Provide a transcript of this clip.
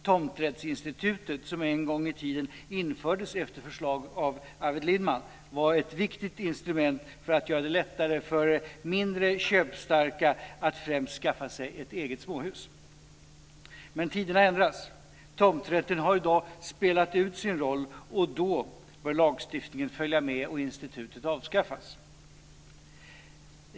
Tomträttsinstitutet, som en gång i tiden infördes efter förslag av Arvid Lindman, var ett viktigt instrument för att göra det lättare för mindre köpstarka att främst skaffa sig ett eget småhus. Men tiderna ändras. Tomträtten har i dag spelat ut sin roll och då bör lagstiftningen följa med och institutet avskaffas.